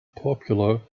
popular